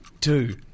two